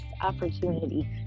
opportunity